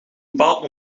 bepaald